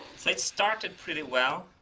so it started pretty well,